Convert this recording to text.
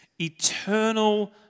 eternal